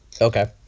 Okay